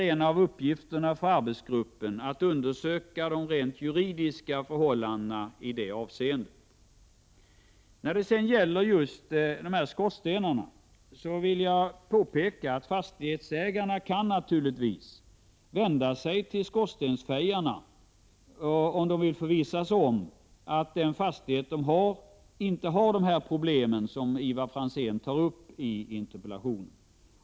En av uppgifterna för arbetsgruppen blir således att undersöka de rent juridiska förhållandena i det avseendet. När det sedan gäller just skorstenarna vill jag påpeka att fastighetsägare naturligtvis kan vända sig till en skorstensfejare, om de vill förvissa sig om att deras fastighet inte har sådana problem som Ivar Franzén tar upp i sin interpellation.